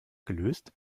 gelöst